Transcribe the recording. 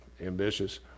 ambitious